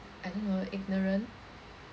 I don't know ignorant